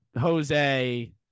Jose